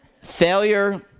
Failure